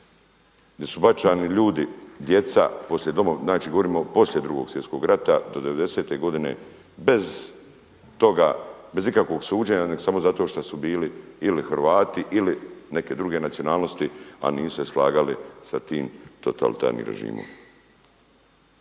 znači govorimo poslije Drugog svjetskog rada do '90.-te godine bez toga, bez ikakvog suđenja, nego samo zato što su bili ili Hrvati ili neke druge nacionalnosti, a nisu se slagali sa tim totalitarnim režimom.